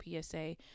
PSA